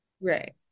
Right